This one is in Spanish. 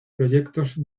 proyectos